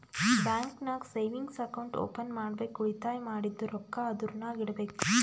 bank ನಾಗ್ savings account open ಮಾಡ್ಬೇಕ ಉಳಿತಾಯ ಮಾಡಿದ್ದು ರೊಕ್ಕಾ ಅದುರ್ನಾಗ್ ಇಡಬೇಕ್